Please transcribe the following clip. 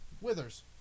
withers